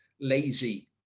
lazy